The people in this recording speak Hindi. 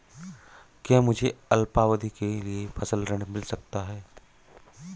क्या मुझे अल्पावधि के लिए फसल ऋण मिल सकता है?